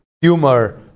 humor